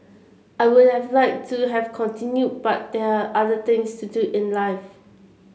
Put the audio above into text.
I would have like to have continued but there're other things to do in life